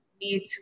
need